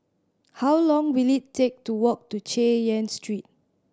how long will it take to walk to Chay Yan Street